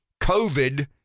COVID